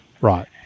Right